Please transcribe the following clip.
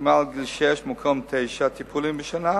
שמעל גיל שש, במקום תשעה טיפולים בשנה